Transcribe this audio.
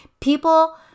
People